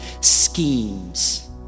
schemes